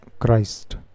Christ